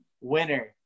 winner